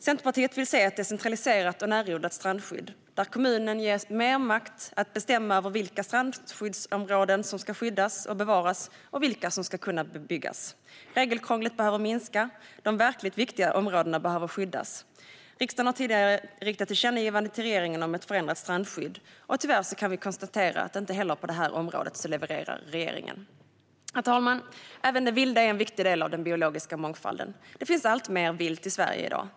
Centerpartiet vill se ett decentraliserat och närodlat strandskydd, där kommunen ges mer makt att bestämma över vilka strandområden som ska skyddas och bevaras och vilka som ska kunna bebyggas. Regelkrånglet behöver minska. De verkligt viktiga områdena behöver skyddas. Riksdagen har tidigare riktat ett tillkännagivande till regeringen om ett förändrat strandskydd. Tyvärr kan vi konstatera att regeringen inte heller på det området levererar. Herr talman! Även det vilda är en viktig del av den biologiska mångfalden. Det finns allt mer vilt i Sverige i dag.